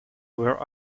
were